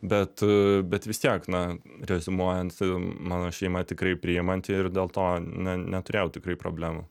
bet bet vis tiek na reziumuojant mano šeima tikrai priimanti ir dėl to na neturėjau tikrai problemų